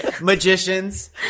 magicians